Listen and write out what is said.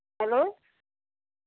hello